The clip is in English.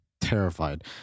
terrified